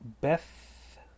Beth